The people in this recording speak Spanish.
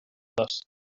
dos